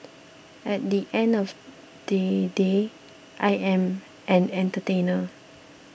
at the end of they day I am an entertainer